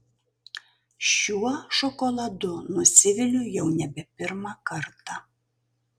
šiuo šokoladu nusiviliu jau nebe pirmą kartą